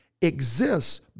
exists